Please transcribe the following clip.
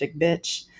bitch